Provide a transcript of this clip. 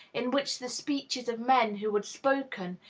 in which the speeches of men who had spoken,